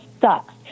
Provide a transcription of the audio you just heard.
sucks